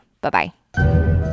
Bye-bye